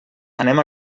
anem